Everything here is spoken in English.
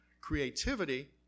creativity